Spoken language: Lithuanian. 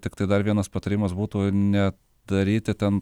tiktai dar vienas patarimas būtų ne daryti ten